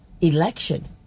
election